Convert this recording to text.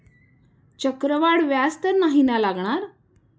चक्रवाढ व्याज तर नाही ना लागणार?